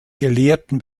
gelehrten